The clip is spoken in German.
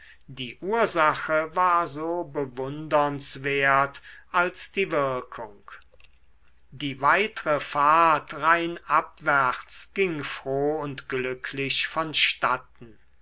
die ursache war so bewundernswert als die wirkung die weitere fahrt rheinabwärts ging froh und glücklich vonstatten